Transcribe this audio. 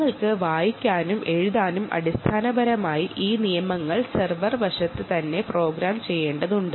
നിങ്ങൾക്ക് റീഡ് ചെയ്യാനും എഴുതാനും അടിസ്ഥാനപരമായി ഈ നിയമങ്ങൾ സെർവർ വശത്ത് തന്നെ പ്രോഗ്രാം ചെയ്യേണ്ടതുണ്ട്